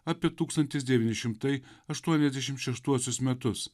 apie tūkstantis devyni šimtai aštuoniasdešimt šeštuosius metus